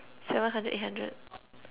seven hundred eight hundred